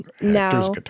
now